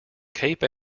cape